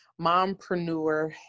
mompreneur